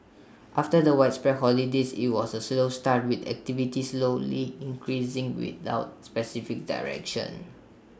after the widespread holidays IT was A slow start with activity slowly increasing without specific direction